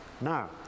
Now